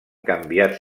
canviat